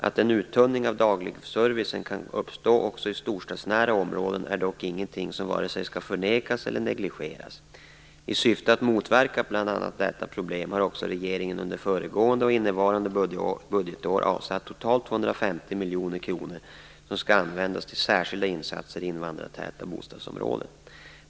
Att en uttunning av dagligservicen kan uppstå också i storstadsnära områden är dock ingenting som vare sig skall förnekas eller negligeras. I syfte att motverka bl.a. detta problem har också regeringen under föregående och innevarande budgetår avsatt totalt 250 miljoner kronor som skall användas till särskilda insatser i invandrartäta bostadsområden.